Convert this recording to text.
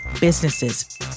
businesses